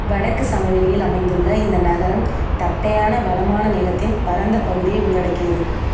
வடக்கு சமவெளியில் அமைந்துள்ள இந்த நகரம் தட்டையான வளமான நிலத்தின் பரந்த பகுதியை உள்ளடக்கியது